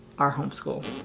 our homeschool.